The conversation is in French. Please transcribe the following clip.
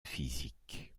physique